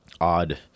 odd